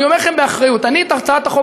אני אומר לכם באחריות: אני את הצעת החוק